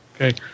Okay